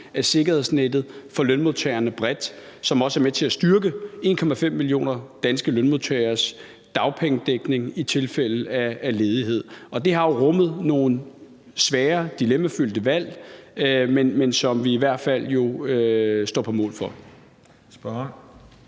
af sikkerhedsnettet for lønmodtagerne bredt, som også er med til at styrke 1,5 millioner danske lønmodtageres dagpengedækning i tilfælde af ledighed. Det har jo rummet nogle svære, dilemmafyldte valg, men dem står vi jo i hvert fald på mål for. Kl.